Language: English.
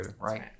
Right